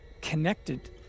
connected